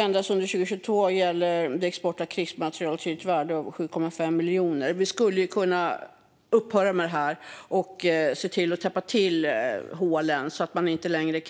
Endast under 2022 gäller det export av krigsmateriel till ett värde av 7,5 miljoner. Vi skulle kunna upphöra med detta och se till att täppa till hålen så att man inte längre